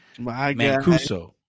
Mancuso